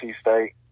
State